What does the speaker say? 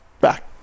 back